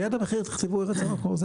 ליד המחיר תכתבו את ארץ המקור.